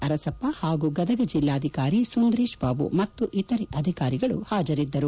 ಅರಸಪ್ಪ ಹಾಗೂ ಗದಗ ಜಿಲ್ಲಾಧಿಕಾರಿ ಸುಂದರೇತ್ ಬಾಬು ಮತ್ತು ಇತರೆ ಅಧಿಕಾರಿಗಳು ಹಾಜರಿದ್ದರು